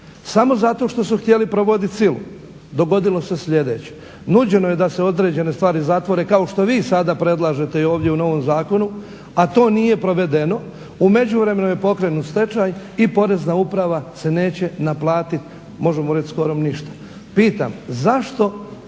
samo zato što su htjeli provodit silu. Dogodilo se sljedeće: nuđeno je da se određene stvari zatvore kao što vi sada predlažete i ovdje u novom zakonu, a to nije provedeno. U međuvremenu je pokrenut stečaj i Porezna uprava se neće naplatit, možemo reći skorom ništa. Pitam, zašto